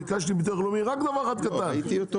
מדובר על עשרות מיליארדים.